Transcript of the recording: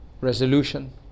resolution